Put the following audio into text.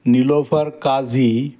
Nilofar Kazi